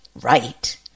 Right